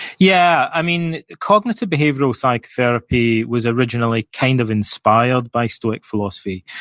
yeah. i mean, cognitive behavioral psychotherapy was originally kind of inspired by stoic philosophy.